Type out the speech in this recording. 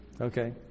Okay